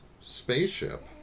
spaceship